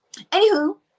Anywho